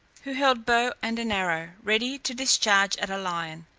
who held bow and an arrow, ready to discharge at a lion.